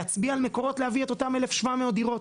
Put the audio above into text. להצביע על מקורות להביא את אותם 1,700 דירות.